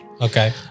Okay